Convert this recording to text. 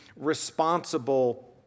responsible